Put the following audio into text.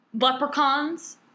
leprechauns